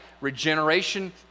regeneration